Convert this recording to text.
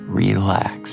relax